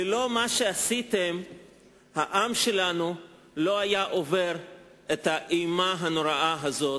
ללא מה שעשיתם העם שלנו לא היה עובר את האימה הנוראה הזאת,